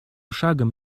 шагом